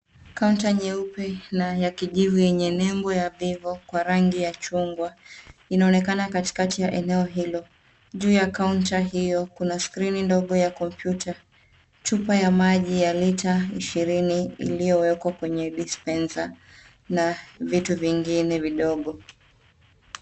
Counter nyeupe na ya kijivu yenye nembo ya Vivo, kwa rangi ya chungwa inaonekana katikati ya eneo hilo. Juu ya counter hio, kuna skirini ndogo ya kompyuta. Chupa ya maji ya lita ishirini iliyowekwa kwenye dispenser , na vitu vingine vidogo.